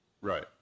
Right